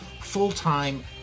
full-time